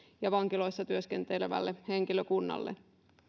ja vankilassa työskentelevälle henkilökunnalle